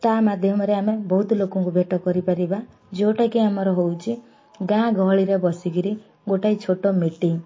ତା ମାଧ୍ୟମରେ ଆମେ ବହୁତ ଲୋକଙ୍କୁ ଭେଟ କରିପାରିବା ଯେଉଁଟାକି ଆମର ହେଉଛି ଗାଁ ଗହଳିରେ ବସିକରି ଗୋଟିଏ ଛୋଟ ମିଟିଂ